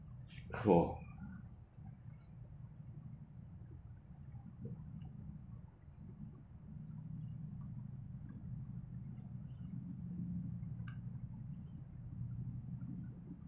four